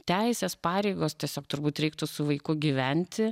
teisės pareigos tiesiog turbūt reiktų su vaiku gyventi